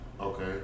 Okay